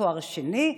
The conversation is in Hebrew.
תואר שני,